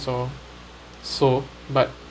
so so but